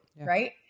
right